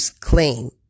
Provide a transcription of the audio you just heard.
claim